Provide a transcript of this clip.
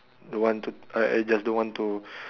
don't want to I I just don't want to